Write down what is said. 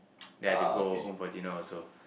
then I had to go home for dinner also